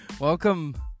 Welcome